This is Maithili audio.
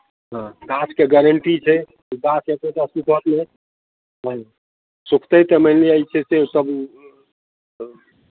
हँ गाछके गारंटी छै कि गाछ एक्को टा सुखत नहि हँ सुखतै तऽ मानि लिअ जे छै से ओसभ